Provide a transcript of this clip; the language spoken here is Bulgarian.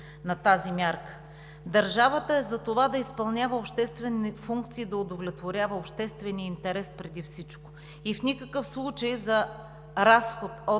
на тази мярка. Държавата е за това – да изпълнява обществените функции, да удовлетворява обществения интерес преди всичко. В никакъв случай за разход от